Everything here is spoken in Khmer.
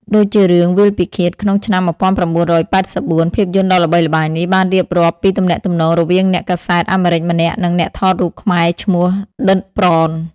ដូចជារឿង វាលពិឃាត ក្នុងឆ្នាំ ១៩៨៤ ភាពយន្តដ៏ល្បីល្បាញនេះបានរៀបរាប់ពីទំនាក់ទំនងរវាងអ្នកកាសែតអាមេរិកម្នាក់និងអ្នកថតរូបខ្មែរឈ្មោះ ឌិត ប្រន។